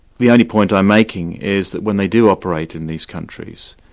the only point i'm making is that when they do operate in these countries,